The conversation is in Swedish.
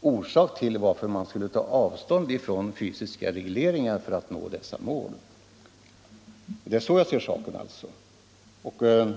någon anledning till att ta avstånd från fysiska regleringar för att göra det. Det är alltså så jag ser saken.